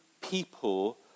people